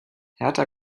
hertha